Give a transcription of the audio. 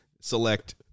select